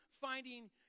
finding